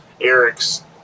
Eric's